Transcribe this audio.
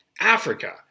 Africa